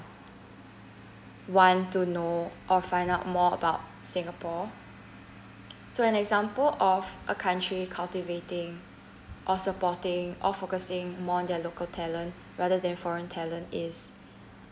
want to know or find out more about singapore so an example of a country cultivating or supporting or focusing more on their local talent rather than foreign talent is